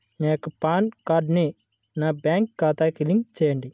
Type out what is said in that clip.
నా యొక్క పాన్ కార్డ్ని నా బ్యాంక్ ఖాతాకి లింక్ చెయ్యండి?